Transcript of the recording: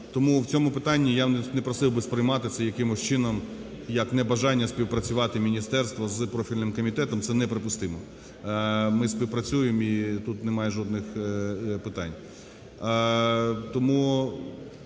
Тому в цьому питанні я не просив би сприймати це якимось чином як небажання співпрацювати міністерства з профільним комітетом, це неприпустимо. Ми співпрацюємо, і тут немає жодних питань.